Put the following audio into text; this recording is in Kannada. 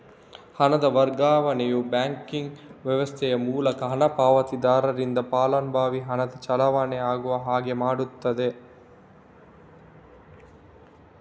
ಹಣದ ವರ್ಗಾವಣೆಯು ಬ್ಯಾಂಕಿಂಗ್ ವ್ಯವಸ್ಥೆಯ ಮೂಲಕ ಹಣ ಪಾವತಿದಾರರಿಂದ ಫಲಾನುಭವಿಗೆ ಹಣದ ಚಲಾವಣೆ ಆಗುವ ಹಾಗೆ ಮಾಡ್ತದೆ